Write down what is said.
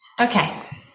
okay